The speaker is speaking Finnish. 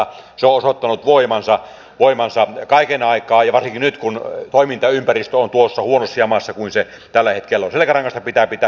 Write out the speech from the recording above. se on osoittanut voimansa kaiken aikaa ja varsinkin nyt kun toimintaympäristö on noin huonossa jamassa kuin se tällä hetkellä on selkärangasta pitää pitää hyvä huoli